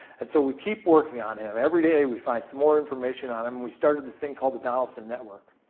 and so we keep working on him everyday we find some more information on him. we started this thing called the donaldson network.